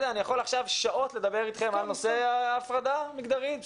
אני יכול עכשיו שעות לדבר אתכם על נושא ההפרדה המגדרית.